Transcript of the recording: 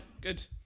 good